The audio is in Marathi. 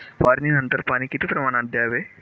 फवारणीनंतर पाणी किती प्रमाणात द्यावे?